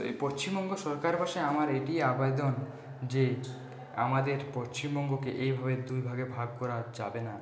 এই পশ্চিমবঙ্গ সরকার বসে আমার এটিই আবেদন যে আমাদের পচ্চিমবঙ্গকে এই ভাবে দুই ভাগে ভাগ করা যাবে না